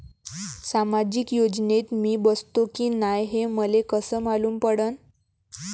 सामाजिक योजनेत मी बसतो की नाय हे मले कस मालूम पडन?